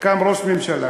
קם ראש ממשלה,